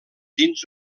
dins